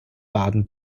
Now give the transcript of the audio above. baden